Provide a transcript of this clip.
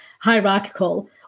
hierarchical